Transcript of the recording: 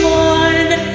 one